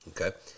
Okay